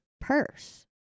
purse